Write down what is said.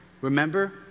Remember